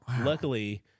luckily